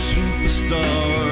Superstar